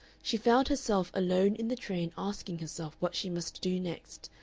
she found herself alone in the train asking herself what she must do next,